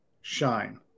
shine